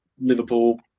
liverpool